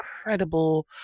incredible